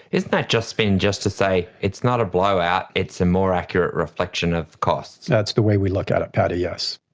isn't that just spin just to say it's not a blowout, it's a more accurate reflection of cost? that's the way we look at it paddy, yes.